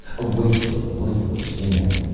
a waste of lifeless sand,